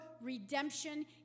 redemption